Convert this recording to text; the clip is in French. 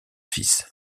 fils